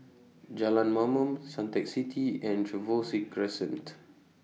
Jalan Mamam Suntec City and Trevose Crescent